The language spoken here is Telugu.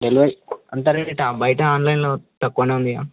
డెలివరీ అంతా రేటా బయట ఆన్లైన్లో తక్కువనే ఉందిగా